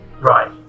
right